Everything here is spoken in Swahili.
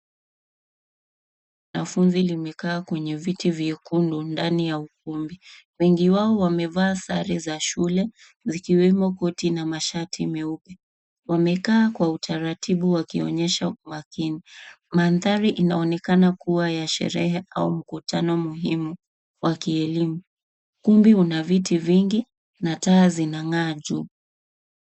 Wanafunzi limekaa kwenye viti vyekundu ndani ya ukumbi. Wengi wao wamevaa sare za shule zikiwemo koti na mashati meupe. Wamekaa kwa utaratibu wakionyesha makini mandhari inaonekana kuwa ya sherehe au mkutano muhimu wa kielimu. Kumbi una viti vingi na taa zinang'aa juu.